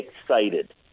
excited